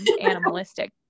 animalistic